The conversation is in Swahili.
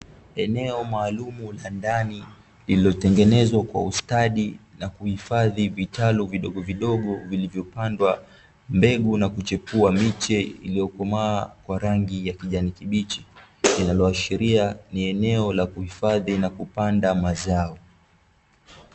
Eneo maalumu la ndani lililotengenezwa kwa ustadi na kuhifadhi vitalu vidogovidogo vilivyopandwa mbegu na kuchepua miche iliyokomaa kwa rangi kijani kibichi, linaloashiria ni eneo la kuhifandi na kupanda mazao.